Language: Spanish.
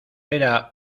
era